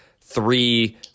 three